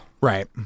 Right